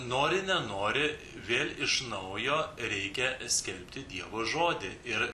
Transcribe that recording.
nori nenori vėl iš naujo reikia skelbti dievo žodį ir